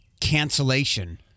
Cancellation